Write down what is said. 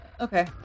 okay